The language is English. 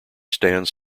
stands